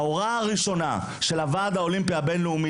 ההוראה הראשונה של הוועד האולימפי הבינלאומי